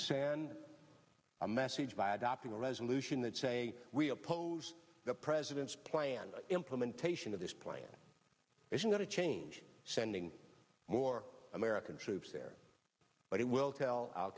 i'm message by adopting a resolution that say we oppose the president's plan implementation of this plan isn't going to change sending more american troops there but it will tell